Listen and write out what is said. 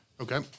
Okay